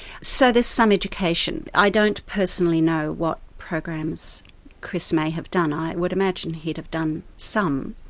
so there's some education. i don't personally know what programs chris may have done, i would imagine he'd have done some,